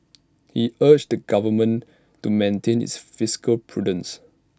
he urged the government to maintain its fiscal prudence